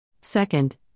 Second